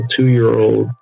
two-year-old